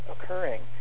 occurring